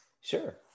sure